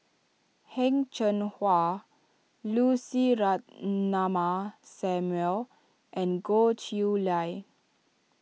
Heng Cheng Hwa Lucy Ratnammah Samuel and Goh Chiew Lye